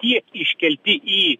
tiek iškelti į